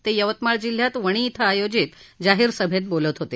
ते यवतमाळ जिल्ह्यात वणी इथं आयोजित जाहीर सभेत बोलत होते